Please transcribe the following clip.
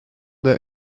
their